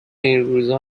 اینروزا